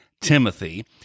Timothy